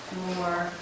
more